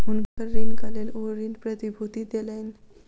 हुनकर ऋणक लेल ओ ऋण प्रतिभूति देलैन